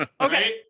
Okay